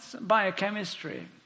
biochemistry